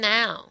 now